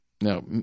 Now